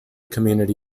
community